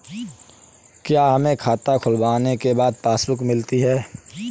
क्या हमें खाता खुलवाने के बाद पासबुक मिलती है?